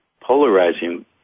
polarizing